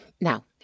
Now